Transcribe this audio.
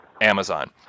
amazon